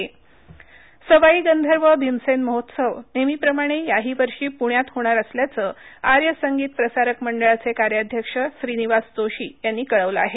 सवाई भीमसेन सवाई गंधर्व भीमसेन महोत्सव नेहमीप्रमाणे याही वर्षी प्ण्यात होणार असल्याचं आर्य संगीत प्रसारक मंडळाचे कार्याध्यक्ष श्रीनिवास जोशी यांनी कळवलं आहे